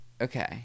Okay